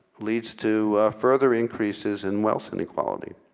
leads to further increases in wealth and equality